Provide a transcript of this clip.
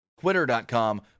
Twitter.com